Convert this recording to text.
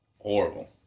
horrible